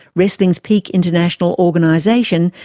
wrestling's peak international organisation,